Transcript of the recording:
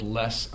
less